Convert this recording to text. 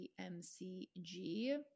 MCG